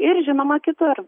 ir žinoma kitur